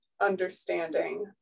understanding